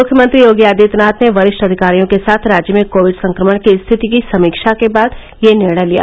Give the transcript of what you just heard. मुख्यमंत्री योगी आदित्यनाथ ने वरिष्ठ अधिकारियों के साथ राज्य में कोविड संक्रमण की स्थिति की समीक्षा के बाद यह निर्णय लिया